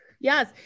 Yes